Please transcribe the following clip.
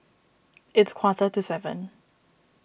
its quarter to seven